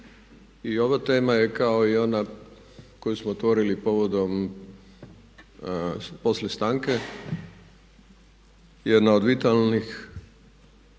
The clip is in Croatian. i ova tema je kao i ona koju smo otvorili povodom poslije stanke jedna od vitalnih